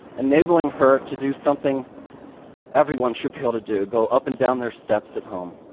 enabling her to do something everyone should be able to do go up and down their steps at home.